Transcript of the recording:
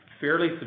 fairly